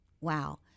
wow